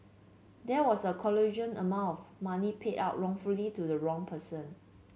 there was a colossal amount of money paid out wrongfully to the wrong person